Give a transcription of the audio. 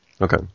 Okay